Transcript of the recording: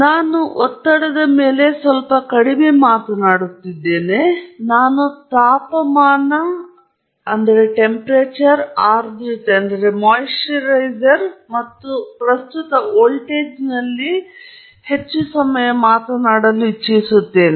ನಾನು ಒತ್ತಡದ ಮೇಲೆ ಸ್ವಲ್ಪ ಕಡಿಮೆ ನೋಡುತ್ತಿದ್ದೇನೆ ನಾನು ತಾಪಮಾನ ಆರ್ದ್ರತೆ ಮತ್ತು ಪ್ರಸ್ತುತ ವೋಲ್ಟೇಜ್ನಲ್ಲಿ ಹೆಚ್ಚು ಸಮಯವನ್ನು ಕಳೆಯುತ್ತೇನೆ